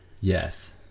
yes